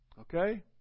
Okay